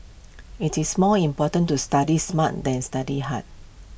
IT is more important to study smart than study hard